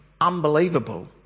Unbelievable